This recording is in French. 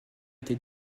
été